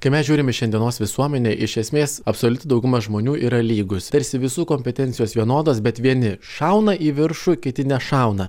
kai mes žiūrim į šiandienos visuomenę iš esmės absoliuti dauguma žmonių yra lygūs tarsi visų kompetencijos vienodos bet vieni šauna į viršų kiti nešauna